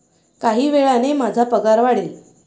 काही वेळाने माझा पगार वाढेल